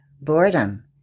boredom